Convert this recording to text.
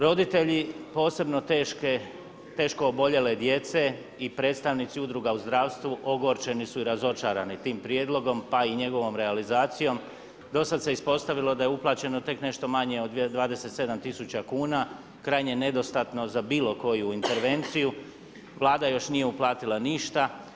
Roditelji posebno teško oboljele djece i predstavnici udruga u zdravstvu ogorčeni su i razočarani tim prijedlogom pa i njegovom realizacijom, do sad se ispostavilo da je uplaćeno tek nešto manje od 27 000 kuna, krajnje nedostatno za bilo koju intervenciju, Vlada još nije uplatila ništa.